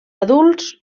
adults